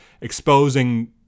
exposing